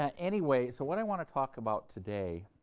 and anyway, so what i want to talk about today